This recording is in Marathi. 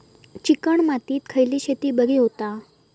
चिकण मातीत खयली शेती बरी होता?